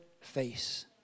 face